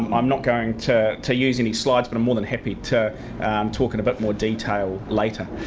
um i'm not going to to use any slides, but i'm more than happy to talk in a bit more detail later.